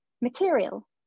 material